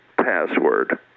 password